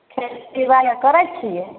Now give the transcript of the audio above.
खेतीबाड़ी करै छियै